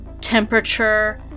temperature